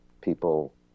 people